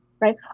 Right